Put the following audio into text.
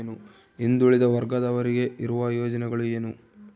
ಹಿಂದುಳಿದ ವರ್ಗದವರಿಗೆ ಇರುವ ಯೋಜನೆಗಳು ಏನು?